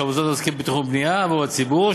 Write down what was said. של המוסדות העוסקים בתכנון ובנייה עבור הציבור,